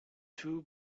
two